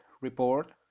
report